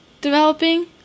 developing